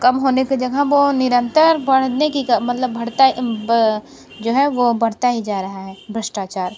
कम होने कि जगह वो निरंतर बढ़ने की का मतलब बढ़ता है जो है वो बढ़ता ही जा रहा है वो भ्रष्टाचार